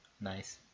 Nice